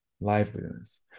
liveliness